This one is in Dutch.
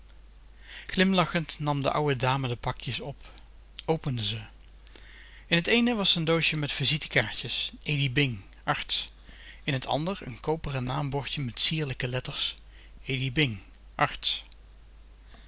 glimlachend nam de ouwe dame de pakjes op opende ze in het eene was een doosje met visitekaartjes e d i b i n g a r t s in het ander een koperen naambordje met sierlijke letters